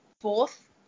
fourth